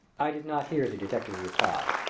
i did not hear the detective's reply,